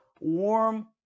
warm